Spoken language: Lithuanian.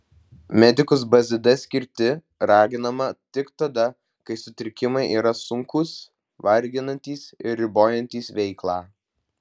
medikus bzd skirti raginama tik tada kai sutrikimai yra sunkūs varginantys ir ribojantys veiklą